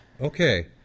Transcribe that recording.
Okay